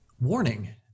Warning